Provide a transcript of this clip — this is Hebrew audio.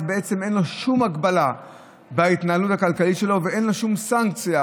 אז בעצם אין לו שום הגבלה בהתנהלות הכלכלית שלו ואין לו שום סנקציה